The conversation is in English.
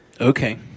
Okay